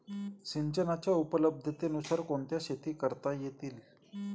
सिंचनाच्या उपलब्धतेनुसार कोणत्या शेती करता येतील?